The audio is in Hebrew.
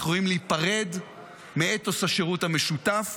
אנחנו יכולים להיפרד מאתוס השירות המשותף.